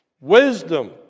wisdom